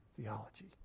theology